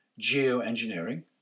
geoengineering